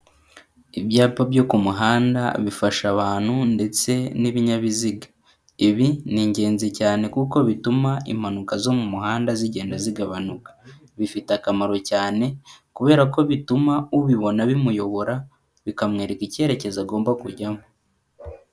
Ibyapa byo ku muhanda bifasha abantu ndetse n'ibinyabiziga, ibi ni ingenzi cyane kuko bituma impanuka zo mu muhanda zigenda zigabanuka, bifite akamaro cyane kubera ko bituma ubibona bimuyobora, bikamwereka icyerekezo agomba kujyamo.